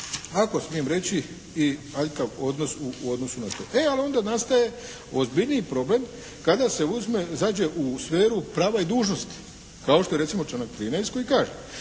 ako smijem reći i aljkav odnos u odnosu na to. E ali onda nastaje ozbiljniji problem kada se uzme, zađe u sferu prava i dužnosti kao što je recimo članak 13. kaže